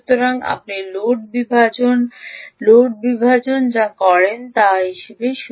সুতরাং আপনি লোড বিভাজন যা করেন তা লোড বিভাজন হিসাবে পরিচিত